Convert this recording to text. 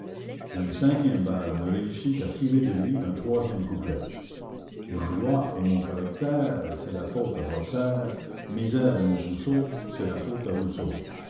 une cinquième balle ne réussit qu'à tirer de lui un troisième couplet joie est mon caractère c'est la faute à voltaire misère est mon trousseau c'est la faute à rousseau